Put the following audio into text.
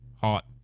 hot